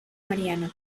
mariano